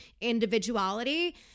individuality